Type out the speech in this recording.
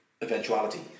eventuality